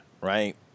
right